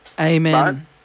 Amen